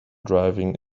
driving